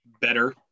better